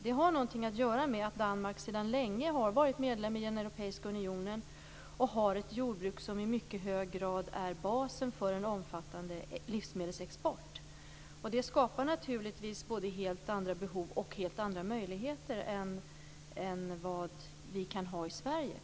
Det har att göra med att Danmark sedan länge varit medlem i den europeiska unionen och har ett jordbruk som i mycket hög grad är basen för en omfattande livsmedelsexport. Det skapar naturligtvis både helt andra behov och helt andra möjligheter än vi har i Sverige.